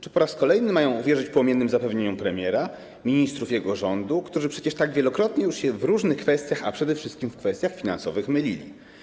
Czy po raz kolejny mają uwierzyć płomiennym zapewnieniom premiera, ministrów jego rządu, którzy przecież tak wielokrotnie już się w różnych kwestiach, a przede wszystkim w kwestiach finansowych, mylili?